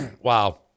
Wow